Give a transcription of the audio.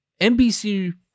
NBC